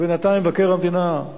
ובינתיים מבקר המדינה,